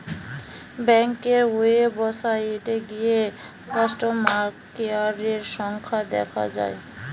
ব্যাংকের ওয়েবসাইটে গিয়ে কাস্টমার কেয়ারের সংখ্যা দেখা যায়